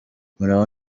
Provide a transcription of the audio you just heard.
muraho